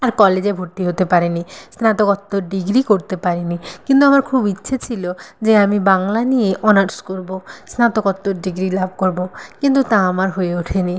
আর কলেজে ভর্তি হতে পারিনি স্নাতকোত্তর ডিগ্রি করতে পারিনি কিন্তু আমার খুব ইচ্ছে ছিল যে আমি বাংলা নিয়ে অনার্স করব স্নাতকোত্তর ডিগ্রি লাভ করব কিন্তু তা আমার হয়ে ওঠেনি